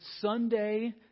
Sunday